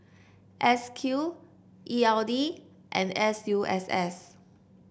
S Q E L D and S U S S